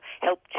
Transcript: help